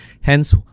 Hence